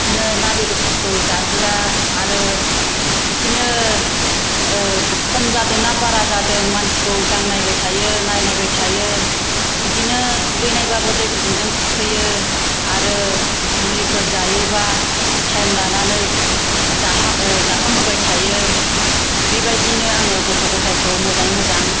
बिदिनो ना बेदरफोरखौ जाहोआ आरो बिदिनो खम जादोंना बारा जादों मानसिखौ दांनायबाय थायो नायनायबाय थायो बिदिनो दुगैनायबाबो दै गुदुंजों थुखैयो आरो मुलिफोर जायोबा टाइम लानानै जाहा जाफामहोबाय थायो बेबायदिनो आङो गथ' गथायखौ मोजाङै मोजां